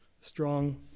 Strong